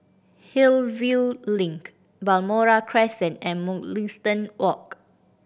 Hillview Link Balmoral Crescent and Mugliston Walk